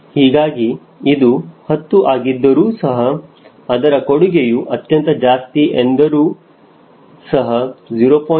ಹೀಗಾಗಿ ಇದು 10 ಆಗಿದ್ದರೂ ಸಹ ಅದರ ಕೊಡುಗೆಯು ಅತ್ಯಂತ ಜಾಸ್ತಿ ಎಂದರೂ ಸಹ 0